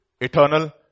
eternal